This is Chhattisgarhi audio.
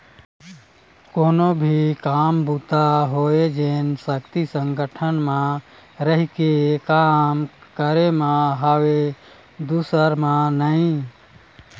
कोनो भी काम बूता होवय जेन सक्ति संगठन म रहिके काम करे म हवय दूसर म नइ